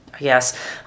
Yes